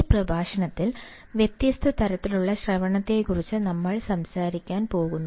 ഈ പ്രഭാഷണത്തിൽ വ്യത്യസ്ത തരത്തിലുള്ള ശ്രവണത്തെക്കുറിച്ച് നമ്മൾ സംസാരിക്കാൻ പോകുന്നു